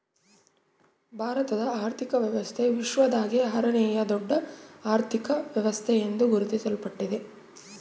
ಭಾರತದ ಆರ್ಥಿಕ ವ್ಯವಸ್ಥೆ ವಿಶ್ವದಾಗೇ ಆರನೇಯಾ ದೊಡ್ಡ ಅರ್ಥಕ ವ್ಯವಸ್ಥೆ ಎಂದು ಗುರುತಿಸಲ್ಪಟ್ಟಿದೆ